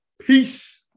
Peace